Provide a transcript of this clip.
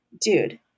dude